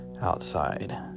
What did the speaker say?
outside